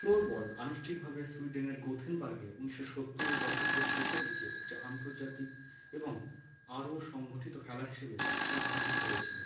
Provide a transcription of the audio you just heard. floorball আনুষ্ঠিকভাবে সুইডেনের গোথেনবার্গে উনিশশো সত্তরের দশকের শেষের দিকে একটি আন্তজাতিক এবং আরও সংগঠিত খেলা হিসেবে সংগঠিত হয়েছিলো